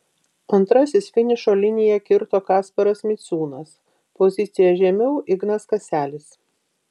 antrasis finišo liniją kirto kasparas miciūnas pozicija žemiau ignas kaselis